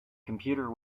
computer